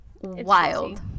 wild